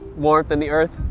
warmth in the earth?